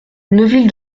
neuville